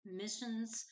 missions